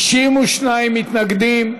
62 מתנגדים,